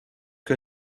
que